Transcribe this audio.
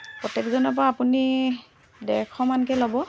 প্ৰেত্যেকজনৰ পৰা আপুনি ডেৰশমানকৈ ল'ব